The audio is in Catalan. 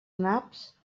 naps